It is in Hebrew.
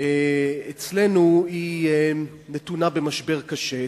אצלנו נתונות במשבר קשה.